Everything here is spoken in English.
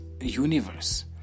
universe